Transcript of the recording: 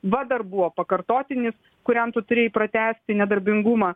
va dar buvo pakartotinis kuriam tu turėjai pratęsti nedarbingumą